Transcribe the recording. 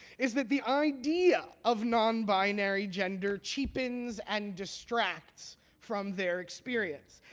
is that the idea of non-binary gender cheapens and distracts from their experience,